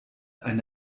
eine